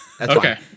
okay